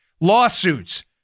lawsuits